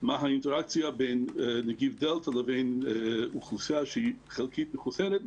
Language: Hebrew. מה האינטראקציה בין נגיף הדלתא לבין אוכלוסייה שהיא חלקית מחוסנת,